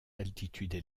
altitudes